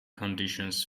conditions